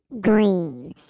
green